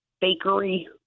bakery